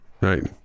Right